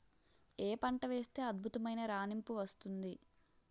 ఏ పంట వేస్తే అద్భుతమైన రాణింపు వస్తుంది?